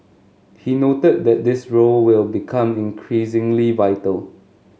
he noted that this role will become increasingly vital